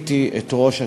ראיתי את ראש התנועה,